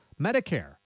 Medicare